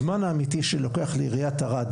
הזמן האמיתי שלוקח לעיריית ערד